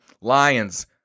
Lions